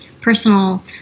personal